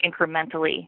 incrementally